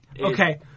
Okay